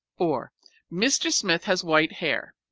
or mr. smith has white hair.